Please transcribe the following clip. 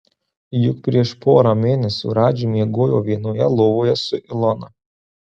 juk prieš porą mėnesių radži miegojo vienoje lovoje su ilona